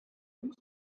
üks